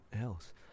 else